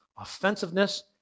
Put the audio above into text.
offensiveness